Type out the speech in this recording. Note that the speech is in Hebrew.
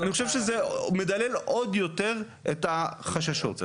אני חושב שזה מדלל עוד יותר את החששות.